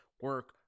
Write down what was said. Work